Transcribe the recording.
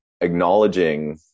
acknowledging